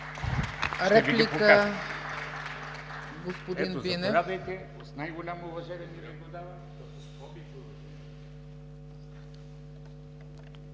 реплика, господин Бинев.